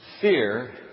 Fear